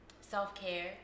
Self-care